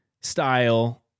style